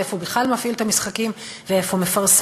איפה בכלל הוא מפעיל את המשחקים ואיפה הוא מפרסם.